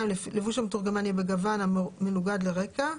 לבוש המתורגמן יהיה בגון מנוגד לרקע.